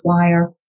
flyer